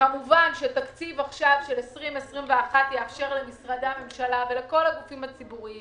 כמובן שתקציב עכשיו של 2021 יאפשר למשרדי הממשלה ולכל הגופים הציבוריים